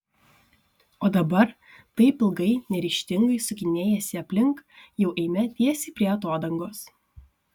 o dabar taip ilgai neryžtingai sukinėjęsi aplink jau eime tiesiai prie atodangos